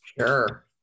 Sure